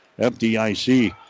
FDIC